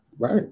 Right